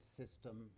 system